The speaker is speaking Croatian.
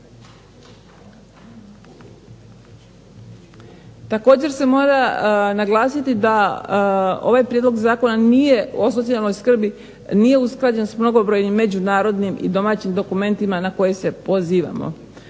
također se mora naglasiti da ovaj prijedlog zakona nije o socijalnoj skrbi nije usklađen s mnogobrojnim međunarodnim i domaćim dokumentima na koje se pozivamo.